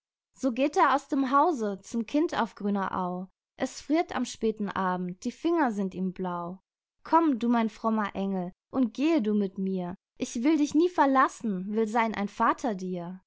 so geht er aus dem hause zum kind auf grüner au es friert am späten abend die finger sind ihm blau komm du mein frommer engel und gehe du mit mir ich will dich nie verlassen will seyn ein vater dir